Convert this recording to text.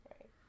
Right